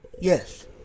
Yes